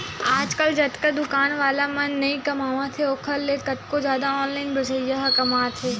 आजकल जतका दुकान वाला मन नइ कमावत हे ओखर ले कतको जादा ऑनलाइन बेचइया ह कमावत हें